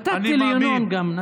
גם נתתי לינון.